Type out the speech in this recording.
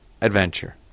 adventure